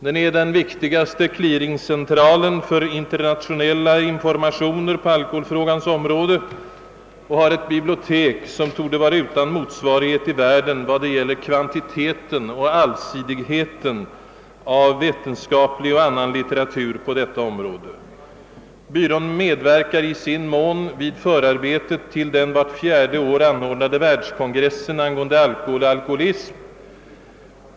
Den är den viktigaste clearingcentralen för internationella informationer på alkoholfrågans område och har ett bibliotek, som torde varå utan motsvarighet i världen vad gäller kvantiteten och allsidigheten av vetenskaplig och annan litteratur i detta ämne. Byrån medverkar i sin mån vid förarbetet till den vart fjärde år anordnade världskongressen angående alkohol och alkoholism.